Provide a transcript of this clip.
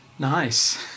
Nice